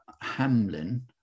hamlin